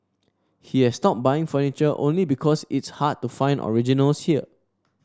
he has stopped buying furniture only because it's hard to find originals here